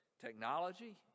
technology